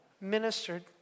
ministered